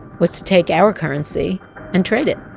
was to take our currency and trade it,